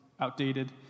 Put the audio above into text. outdated